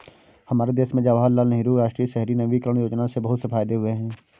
हमारे देश में जवाहरलाल नेहरू राष्ट्रीय शहरी नवीकरण योजना से बहुत से फायदे हुए हैं